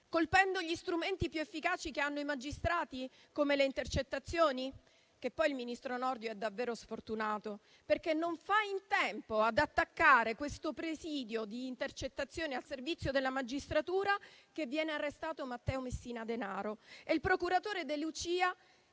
Colpendo gli strumenti più efficaci che hanno i magistrati, come le intercettazioni? Tra l'altro, il ministro Nordio è davvero sfortunato, perché non fa in tempo ad attaccare questo presidio di intercettazioni al servizio della magistratura, che viene arrestato Matteo Messina Denaro e il procuratore De Lucia